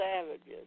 savages